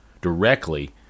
directly